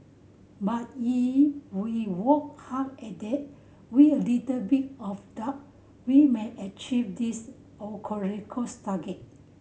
but if we work hard at it with a little bit of duck we may achieve these target